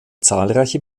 zahlreiche